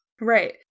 right